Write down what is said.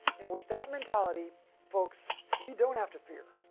and with that mentality folks we don't have to fear.